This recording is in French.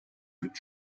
queues